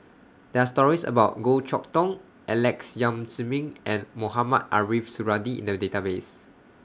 There Are stories about Goh Chok Tong Alex Yam Ziming and Mohamed Ariff Suradi in The Database